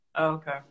Okay